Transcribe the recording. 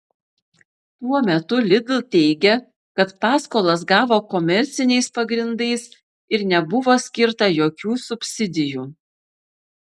tuo metu lidl teigia kad paskolas gavo komerciniais pagrindais ir nebuvo skirta jokių subsidijų